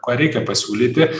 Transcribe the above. ką reikia pasiūlyti